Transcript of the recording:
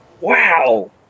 Wow